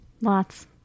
Lots